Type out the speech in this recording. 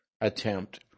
attempt